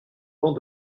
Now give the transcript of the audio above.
bancs